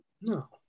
No